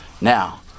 Now